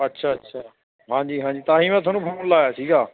ਅੱਛਾ ਅੱਛਾ ਹਾਂਜੀ ਹਾਂਜੀ ਤਾਂ ਹੀ ਮੈਂ ਤੁਹਾਨੂੰ ਫੋਨ ਲਾਇਆ ਸੀਗਾ